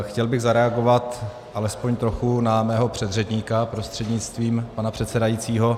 Chtěl bych zareagovat alespoň trochu na svého předřečníka prostřednictvím pana předsedajícího.